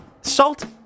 Salt